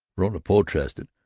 verona protested,